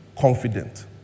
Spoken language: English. confident